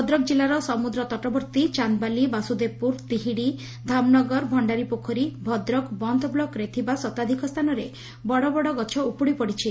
ଭଦ୍ରକ ଜିଲ୍ଲାର ସମୁଦ୍ର ତଟବର୍ଭୀ ଚାନ୍ଦବାଲି ବାସୁଦେବପୁର ତିହିଡ଼ି ଧାମନଗର ଭଣ୍ଡାରୀପୋଖରୀ ଭଦ୍ରକ ବନ୍ତ ବ୍ଲକ୍ରେ ଥିବା ଶତାଧିକ ସ୍ଚାନରେ ବଡ଼ ବଡ଼ ଗଛ ଉପୁଡ଼ି ପଡ଼ିଛି